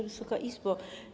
Wysoka Izbo!